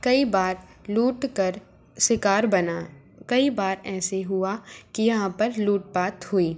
कई बार लूटकर शिकार बना कई बार ऐसे हुआ कि यहाँ पर लूटपाट हुई